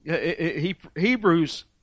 Hebrews